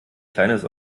kleines